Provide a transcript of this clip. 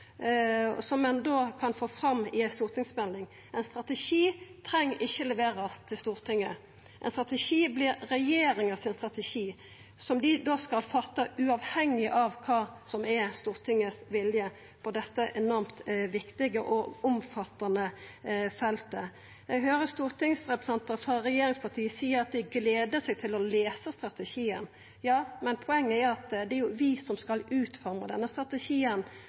som ein da kan få fram i ei stortingsmelding? Ein strategi treng ein ikkje å levera til Stortinget. Ein strategi vert regjeringa sin strategi, som dei da skal laga, uavhengig av kva som er Stortingets vilje på dette enormt viktige og omfattande feltet. Eg høyrer stortingsrepresentantar frå regjeringsparti seia at dei gler seg til å lesa strategien. Ja, men poenget er at det er jo vi som skal utforma denne strategien,